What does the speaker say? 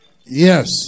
Yes